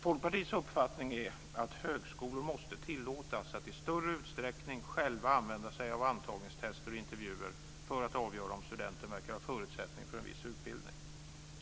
Folkpartiets uppfattning är att högskolor måste tillåtas att i större utsträckning själva använda sig av antagningstester och intervjuer för att avgöra om studenten verkar ha förutsättningar för en viss utbildning.